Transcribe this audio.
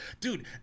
Dude